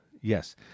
yes